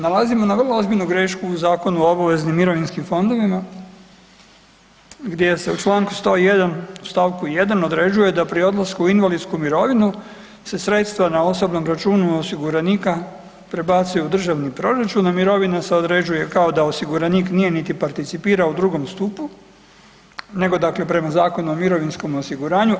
Nalazimo na vrlo ozbiljnu grešku u Zakonu o obaveznim mirovinskim fondovima gdje se u članku 101. stavku 1. određuje da pri odlasku u invalidsku mirovinu se sredstva na osobnom računu osiguranika prebacuju u državni proračun, a mirovina se određuje kao da osiguranik nije niti participirao u II. stupu, nego dakle prema Zakonu o mirovinskom osiguranju.